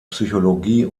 psychologie